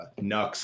Nux